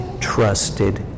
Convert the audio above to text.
trusted